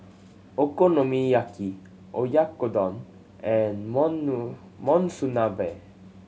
Okonomiyaki Oyakodon and Monsunabe